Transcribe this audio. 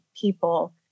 people